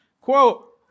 Quote